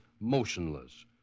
motionless